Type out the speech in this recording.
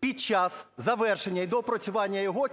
під час завершення і доопрацювання його...